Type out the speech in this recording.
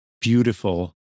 beautiful